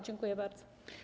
Dziękuję bardzo.